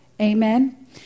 amen